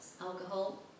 alcohol